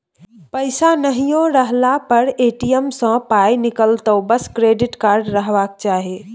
पैसा नहियो रहला पर ए.टी.एम सँ पाय निकलतौ बस क्रेडिट कार्ड रहबाक चाही